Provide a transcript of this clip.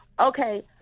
Okay